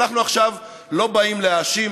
אנחנו עכשיו לא באים להאשים,